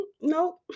nope